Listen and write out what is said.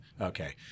Okay